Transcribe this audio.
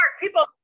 People